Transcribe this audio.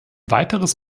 weiteres